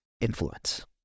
influence